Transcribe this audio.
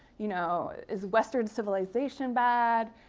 you know? is western civilization bad?